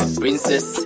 princess